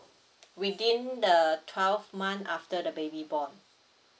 within the twelve month after the baby born